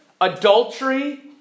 adultery